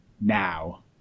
now